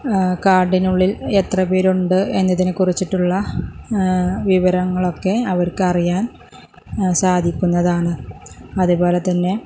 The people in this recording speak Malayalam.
കാടിനുള്ളിൽ എത്ര പേരുണ്ട് എന്നതിനെ കുറിച്ചിട്ടുള്ള വിവരങ്ങളൊക്കെ അവർക്കറിയാൻ സാധിക്കുന്നതാണ് അതുപോലെ തന്നെ